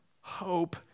Hope